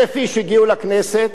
1,000 איש הגיעו לכנסת,